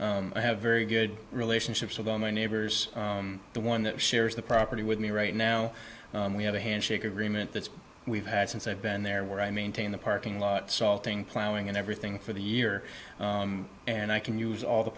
neighbors i have very good relationships with all my neighbors the one that shares the property with me right now we have a handshake agreement that we've had since i've been there where i maintain the parking lot salting plowing and everything for the year and i can use all the